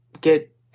get